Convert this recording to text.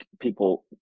people